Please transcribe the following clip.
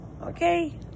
Okay